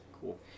Cool